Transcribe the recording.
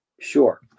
Sure